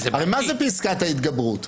הרי מה זה פסקת ההתגברות?